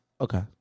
Okay